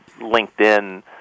LinkedIn